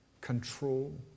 control